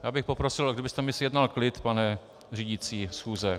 Já bych poprosil, kdybyste mi zjednal klid, pane řídící schůze.